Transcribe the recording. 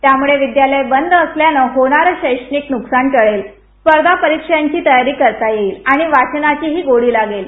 त्यामुळे महाविद्यालय बंद सल्यानं होणारं शैक्षणिक नूकसान टळेल स्पर्धापरिक्षांची तयारी करता येईल आणि वाचनाचीही गोडी लागेल